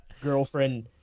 Girlfriend